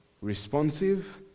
responsive